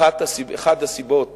אחת הסיבות